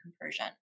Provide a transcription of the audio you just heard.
conversion